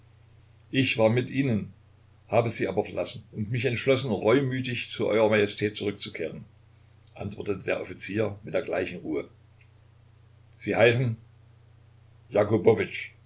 ich war mit ihnen habe sie aber verlassen und mich entschlossen reumütig zu eurer majestät zurückzukehren antwortete der offizier mit der gleichen ruhe sie heißen